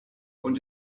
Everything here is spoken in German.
und